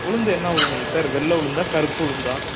உளுந்து என்ன உளுந்துங்க சார் வெள்ளை உளுந்தா கறுப்பு உளுந்தா